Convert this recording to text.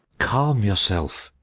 calm yourself!